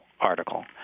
article